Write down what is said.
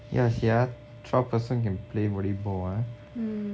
yeah sia twelve person can play volleyball ah